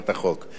ומצד שני,